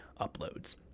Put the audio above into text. uploads